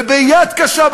וביד קשה,